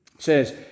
says